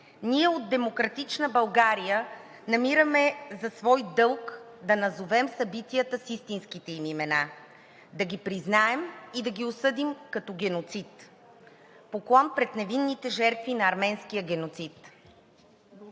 ние от „Демократична България“ намираме за свой дълг да назовем събитията с истинските им имена, да ги признаем и да ги осъдим като геноцид. Поклон пред невинните жертви на арменския геноцид!